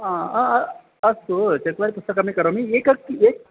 अ अ अ अस्तु चत्वारि पुस्तकमि करोमि एकस्य एकम्